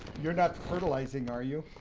you are not fertilizing, are you?